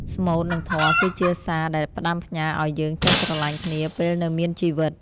ស្មូត និងធម៌គឺជាសារដែលផ្ដាំផ្ញើឱ្យយើងចេះស្រឡាញ់គ្នាពេលនៅមានជីវិត។